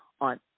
on